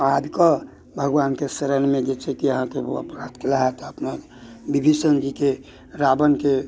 आबि कऽ भगवानके शरणमे जे छै कि अहाँके ओ अपराध केलथि अपन विभीषण जीके रावणके